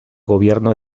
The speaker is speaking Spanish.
gobierno